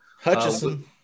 Hutchison